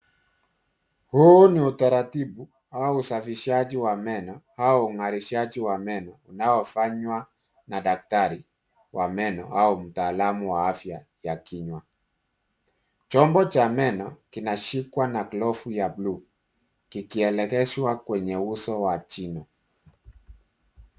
Huu ni utaratibu au usafishaji wa meno au ungarishi wa meno unaofanywa na daktari wa meno au mtaalamu wa afya ya kinywa. Chombo cha meno kinashikwa na glovu ya buluu kikielekezwa kwenye uso wa chini.